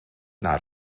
naar